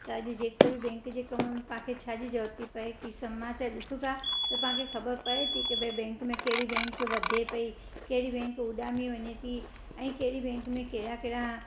तव्हां जो जेके बि बैंक जे कम में तव्हांखे छ जी जरूरत थी पए समाचार में ॾिसूं था त तव्हांखे खबर पए थी की भाई कहिड़ी बैंक वधे पई कहिड़ी बैंक उॾामी वञे थी ऐं कहिड़ी बैंक में कहिड़ा कहिड़ा